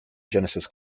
genesis